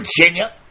Virginia